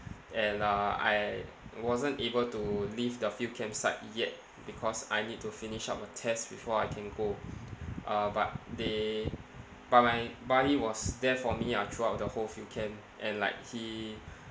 and uh I wasn't able to leave the field camp site yet because I need to finish up my tests before I can go uh but they but my buddy was there for me ah throughout the whole field camp and like he